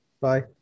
Bye